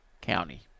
County